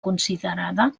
considerada